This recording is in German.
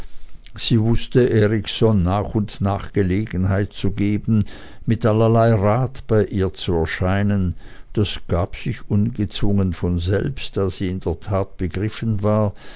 sie wußte erikson nach und nach gelegenheit zu geben mit allerlei rat bei ihr zu erscheinen das gab sich ungezwungen von selbst da sie in der tat begriffen war